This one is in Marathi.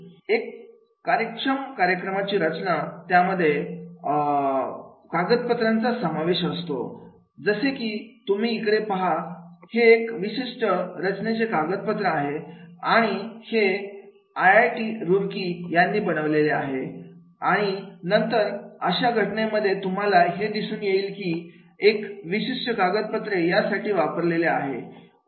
एक कार्यक्षम कार्यक्रमाची रचना त्यामध्ये लक्ष्मीच्या कागदपत्रांचा समावेश असतो जसे की तुम्ही इकडे पहा हे एक विशिष्ट रचनेचे कागदपत्र आहे आणि हे आयआयटी रूर्की यांनी बनवले आहे आणि नंतर अशा घटनेमध्ये तुम्हाला हे दिसून येईल की एक विशिष्ट कागदपत्रे यासाठी वापरलेले आहे